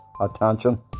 attention